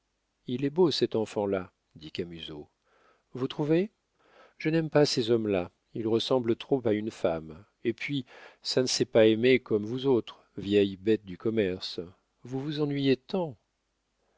il est beau cet enfant-là dit camusot vous trouvez je n'aime pas ces hommes-là ils ressemblent trop à une femme et puis ça ne sait pas aimer comme vous autres vieilles bêtes du commerce vous vous ennuyez tant